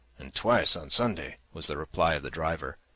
and twice on sundays, was the reply of the driver,